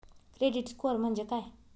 Credit score म्हणजे काय?